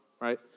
right